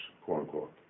quote-unquote